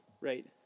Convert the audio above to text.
Right